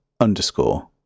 underscore